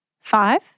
Five